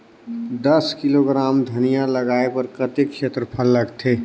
दस किलोग्राम धनिया लगाय बर कतेक क्षेत्रफल लगथे?